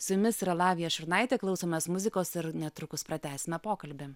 su jumis yra lavija šurnaitė klausomės muzikos ir netrukus pratęsime pokalbį